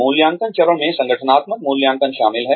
मूल्यांकन चरण में संगठनात्मक मूल्यांकन शामिल है